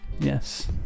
Yes